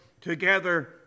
together